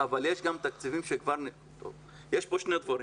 יש כאן שני דברים.